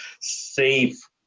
safe